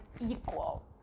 equal